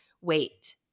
wait